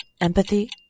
empathy